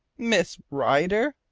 miss rider!